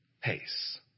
pace